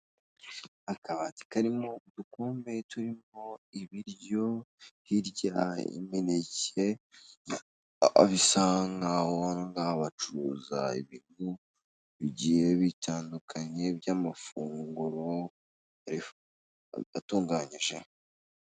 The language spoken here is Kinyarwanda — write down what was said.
Akabati karimo udukombe turimo ibiryo, hirya imineke bisa nk'aho bacuruza ibiryo bigiye bitandukanye by'amafunguro menshi atunganyije.